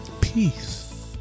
peace